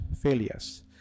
failures